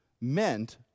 meant